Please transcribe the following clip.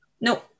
No